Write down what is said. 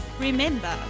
Remember